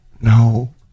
no